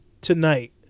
tonight